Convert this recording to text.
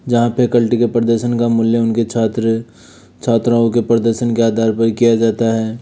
जहाँ पर कंट्री के प्रदर्शन का मूल्य उनके छात्र छात्राओं के प्रदर्शन के आधार पर किया जाता है